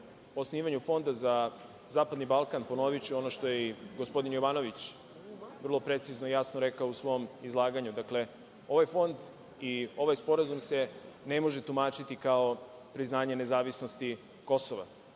osnivanju Fonda za zapadni Balkan, ponoviću ono što je i gospodin Jovanović vrlo precizno i jasno rekao u svom izlaganju. Dakle, ovaj fond i ovaj sporazum se ne može tumačiti kao priznanje nezavisnosti Kosova,